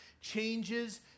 changes